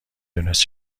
دونست